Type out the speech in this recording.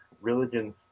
religions